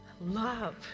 love